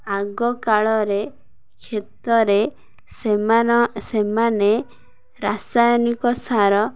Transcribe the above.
ଆଗ କାଳରେ କ୍ଷେତରେ ସେମାନେ ସେମାନେ ରାସାୟନିକ ସାର